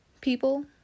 people